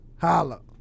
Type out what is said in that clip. Holla